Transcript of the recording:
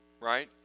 right